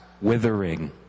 withering